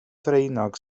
ddraenog